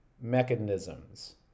mechanisms